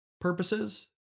purposes